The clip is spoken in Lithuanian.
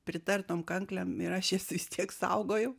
pritart tom kanklėm ir aš jas vis tiek saugojau